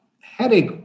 headache